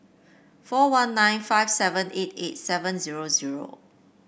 four one nine five seven eight eight seven zero zero